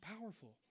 powerful